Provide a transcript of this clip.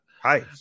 hi